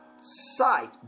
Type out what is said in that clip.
Sight